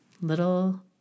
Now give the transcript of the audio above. little